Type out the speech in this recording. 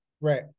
Right